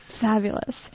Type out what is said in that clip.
Fabulous